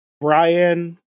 Brian